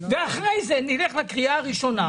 ואחר כך נלך לקריאה הראשונה,